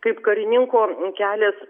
kaip karininko kelias